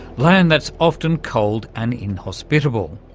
land that's often cold and inhospitable.